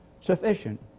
sufficient